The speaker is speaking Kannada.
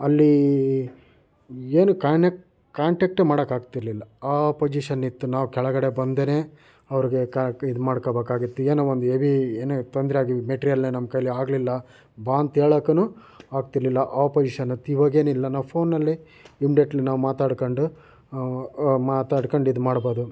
ಅಲ್ಲಿ ಏನು ಕಾನೆಕ್ಟ್ ಕಾಂಟ್ಯಾಕ್ಟೆ ಮಾಡೋಕೆ ಆಗ್ತಿರಲಿಲ್ಲ ಆ ಪೊಸಿಷನ್ ಇತ್ತು ನಾವು ಕೆಳಗಡೆ ಬಂದೇನೆ ಅವರಿಗೆ ಇದು ಮಾಡ್ಕೋಬೇಕಾಗಿತ್ತು ಏನೋ ಒಂದು ಹೆವಿ ಏನೇ ತೊಂದರೆಯಾಗಿ ಮೆಟ್ರಿಯಲ್ ನಮ್ಮ ಕೈಯ್ಯಲ್ಲಿ ಆಗಲಿಲ್ಲ ಬಾ ಅಂತ ಹೇಳೋಕ್ಕೂ ಆಗ್ತಿರಲಿಲ್ಲ ಆ ಪೋಸಿಷನಿತ್ತು ಇವಾಗೇನಿಲ್ಲ ನಾವು ಫೋನ್ನಲ್ಲಿ ಇಮ್ಡಿಯೆಟ್ಲಿ ನಾವು ಮಾತಾಡಿಕೊಂಡು ಮಾತಾಡ್ಕೊಂಡು ಇದು ಮಾಡ್ಬೋದು